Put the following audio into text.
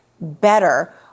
better